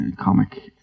comic